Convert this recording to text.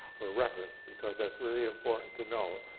for reference because that's really important to know.